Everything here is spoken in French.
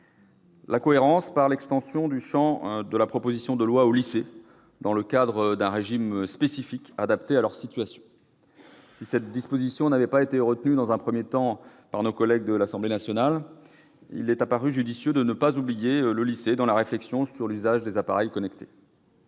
La cohérence, par l'extension du champ de la proposition de loi aux lycées, dans le cadre d'un régime spécifique, adapté à leur situation. Si cette disposition n'avait pas été retenue, dans un premier temps, par nos collègues députés, il est apparu judicieux de ne pas oublier le lycée dans la réflexion sur l'usage des appareils connectés.